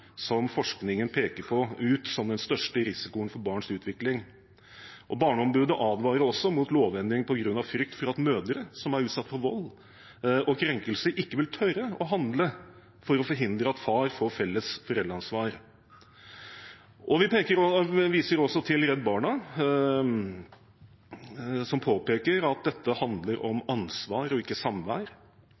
som forskningen peker ut som den største risikoen for barns utvikling. Barneombudet advarer også mot lovendring på grunn av frykt for at mødre som er utsatt for vold og krenkelser, ikke vil tørre å handle for å forhindre at far får felles foreldreansvar. Vi viser også til Redd Barna, som påpeker at dette handler om ansvar og ikke samvær,